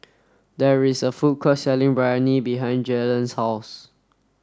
there is a food court selling Biryani behind Jalen's house